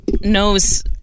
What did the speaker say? knows